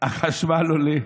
החשמל עולה,